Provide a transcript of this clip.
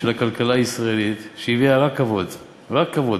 של הכלכלה הישראלית, שהביא רק כבוד, רק כבוד.